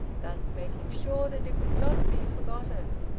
thus making sure that it would not be forgotten,